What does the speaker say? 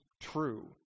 true